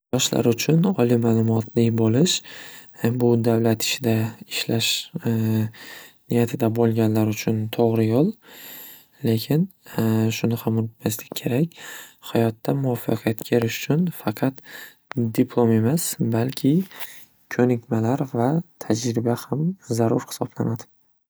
Yoshlar uchun oliy ma'lumotli bo'lish bu davlat ishida ishlash niyatida bo'lganlar uchun to'g'ri yo'l. Lekin shuni ham unutmaslik kerak, hayotda muvoffaqiyatga erishish uchun faqat diplom emas, balki ko'nikmalar va tajriba ham zarur hisoblanadi.